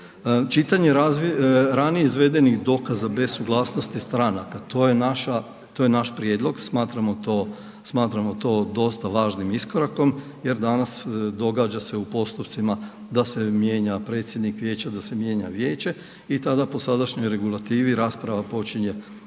Čitanje ranije izvedenih dokaza bez suglasnosti stranaka, to je naš prijedlog, smatramo to dosta važnim iskorakom jer danas događa se u postupcima da se mijenja predsjednik vijeća, da se mijenja vijeće i tada po sadašnjoj regulativi rasprava počinje ponovno